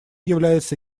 является